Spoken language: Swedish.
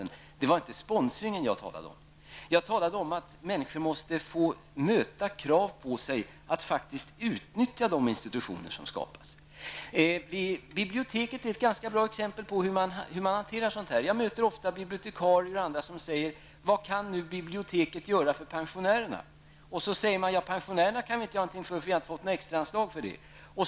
Men det var inte sponsring som jag talade om, utan jag sade att människor måste få möta krav på sig att faktiskt utnyttja de institutioner som har skapats. Biblioteket är ett ganska bra exempel på hur man hanterar sådant här. Jag möter ofta t.ex. bibliotekarier som frågar: Vad kan bibliotektet göra för pensionererna? Vidare säger man att man inte kan göra någonting för pensionärerna, eftersom man inte har fått några extra anslag för det ändamålet.